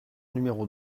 numéro